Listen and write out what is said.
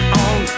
on